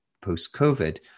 post-COVID